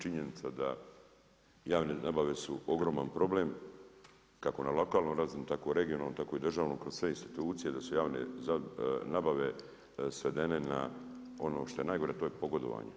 Činjenica da javne nabave su ogroman problem, kako na lokalnoj razini tako i regionalnoj, tako i državnoj kroz sve institucije, da su javne nabave svedene na ono što je najgore, a to je pogodovanje.